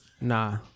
Nah